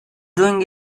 doing